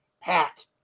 Pat